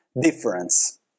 difference